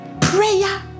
prayer